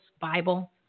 Bible